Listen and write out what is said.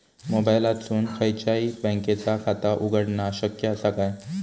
मोबाईलातसून खयच्याई बँकेचा खाता उघडणा शक्य असा काय?